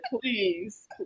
Please